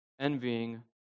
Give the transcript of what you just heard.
envying